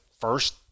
first